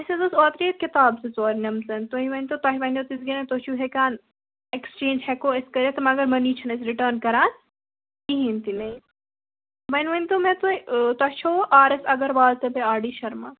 اَسہِ حظ ٲس اوترٕ ییٚتہِ کِتابہٕ زٕ ژور نِمژٕ تُہی ؤنۍتَو تۄہہِ وَنیٛاو تِژھِ گرِ تُہی چھِو ہیٚکان ایٚکسچینٛج ہیٚکو أسۍ کٔرِتھ مگر مٔنی چھِ نہٕ أسۍ رِٹٲرٕن کَران کِہیٖنٛۍ تہِ نہٕ وۅنۍ ؤنۍتَو مےٚ تُہۍ تۄہہِ چھِوٕ آر ایس اَگروال تہٕ بیٚیہِ آر ڈی شرما